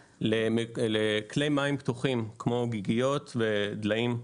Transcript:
לכלי מים פתוחים כמו גיגיות ודליים.